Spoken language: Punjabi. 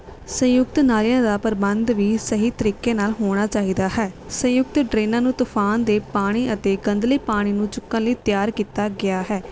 ਸੰਯੁਕਤ ਨਾਲਿਆਂ ਦਾ ਪ੍ਰਬੰਧ ਵੀ ਸਹੀ ਤਰੀਕੇ ਨਾਲ ਹੋਣਾ ਚਾਹੀਦਾ ਹੈ ਸੰਯੁਕਤ ਡਰੇਨਾਂ ਨੂੰ ਤੂਫਾਨ ਦੇ ਪਾਣੀ ਅਤੇ ਗੰਧਲੇ ਪਾਣੀ ਨੂੰ ਚੁੱਕਣ ਲਈ ਤਿਆਰ ਕੀਤਾ ਗਿਆ ਹੈ